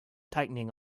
tightening